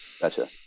Gotcha